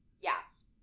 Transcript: Yes